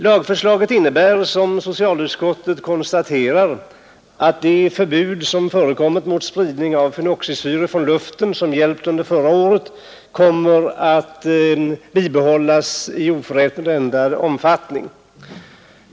Lagförslaget innebär, som socialutskottet konstaterar, att det förbud mot spridning av fenoxisyror från luften som gällt under förra året kommer att bibehållas i oförändrad omfattning.